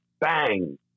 Bang